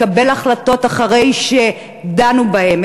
לקבל החלטות אחרי שדנו בהם,